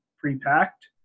pre-packed